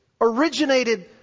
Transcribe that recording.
originated